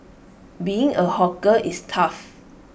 being A hawker is tough